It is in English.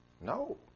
No